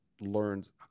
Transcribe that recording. learns